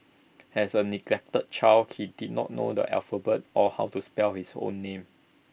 as A neglected child he did not know the alphabet or how to spell his own name